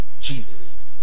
Jesus